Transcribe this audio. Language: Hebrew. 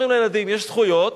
אומרים לילדים: יש זכויות,